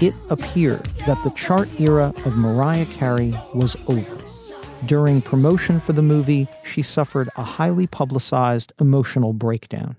it appeared that the chart era of mariah carey was over during promotion for the movie she suffered a highly publicized emotional breakdown